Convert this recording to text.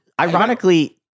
ironically